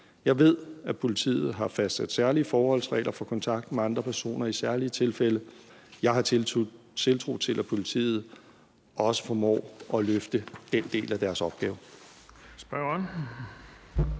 Jeg ved, at politiet har fastsat særlige forholdsregler for kontakten med andre personer i særlige tilfælde. Jeg har tiltro til, at politiet også formår at løfte den del af deres opgave.